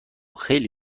خیلی